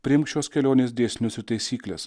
priimk šios kelionės dėsnius ir taisykles